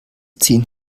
ziehen